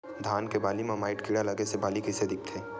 धान के बालि म माईट कीड़ा लगे से बालि कइसे दिखथे?